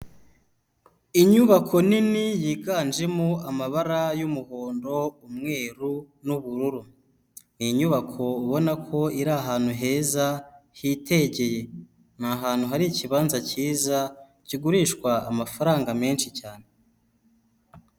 Inyubako nini yiganjemo amabara y'umuhondo, umweru n'ubururu. Ni inyubako ubona ko iri ahantu heza hitegeye. Ni ahantu hari ikibanza kiza kigurishwa amafaranga menshi cyane.